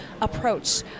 approach